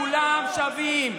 כולם שווים.